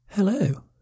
Hello